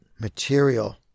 material